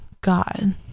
God